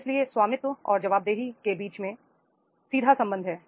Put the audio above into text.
इसलिए स्वामित्व और जवाबदेही के बीच सीधा संबंध है